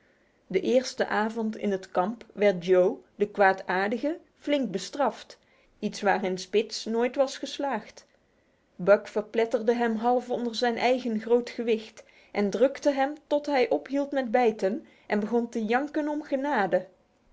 de eerste avond in het kamp werd joe de kwaadaardige flink bestraft iets waarin spitz nooit was geslaagd buck verpletterde hem half onder zijn eigen groot gewicht en drukte hem tot hij ophield met bijten en begon te janken om genade